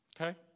Okay